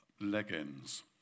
legends